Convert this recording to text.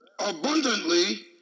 abundantly